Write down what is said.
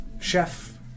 chef